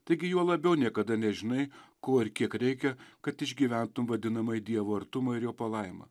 taigi juo labiau niekada nežinai ko ir kiek reikia kad išgyventum vadinamąjį dievo artumą ir jo palaimą